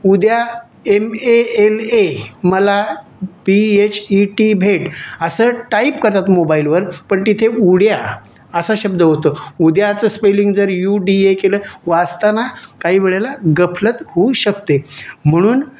उद्या M A L A मला P H E T भेट असं टाईप करतात मोबाईलवर पण तिथे उड्या असा शब्द होतो उद्याचं स्पेलिंग जर यू डी ए केलं वाचताना काही वेळेला गफलत होऊ शकते म्हणून